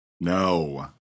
No